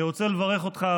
אני רוצה לברך אותך,